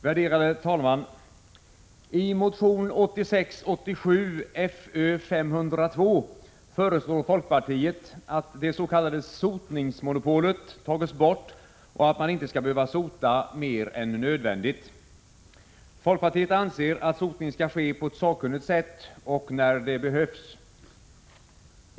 Herr talman! I motion 1986/87:Fö502 föreslår folkpartiet att det s.k. sotningsmonopolet tas bort och att man inte skall behöva sota mer än nödvändigt. Folkpartiet anser att sotning skall ske på ett sakkunnigt sätt och när det behövs.